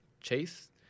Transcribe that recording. Chase